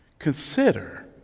Consider